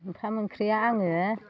ओंखाम ओंख्रिया आङो